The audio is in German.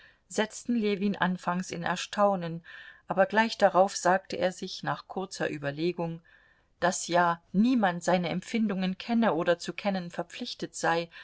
setzten ljewin anfangs in erstaunen aber gleich darauf sagte er sich nach kurzer überlegung daß ja niemand seine empfindungen kenne oder zu kennen verpflichtet sei